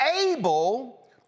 able